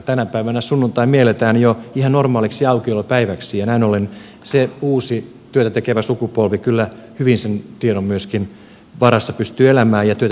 tänä päivänä sunnuntai mielletään jo ihan normaaliksi aukiolopäiväksi ja näin ollen se uusi työtä tekevä sukupolvi kyllä hyvin sen tiedon varassa pystyy elämään ja työtä mielellään tekemään